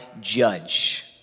judge